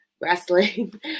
wrestling